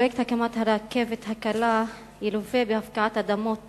פרויקט הקמת הרכבת הקלה ילווה בהפקעת אדמות